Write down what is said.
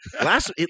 last